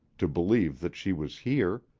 to believe that she was here.